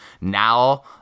now